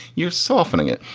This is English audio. you're softening it.